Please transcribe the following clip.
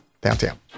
downtown